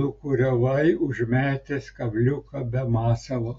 lūkuriavai užmetęs kabliuką be masalo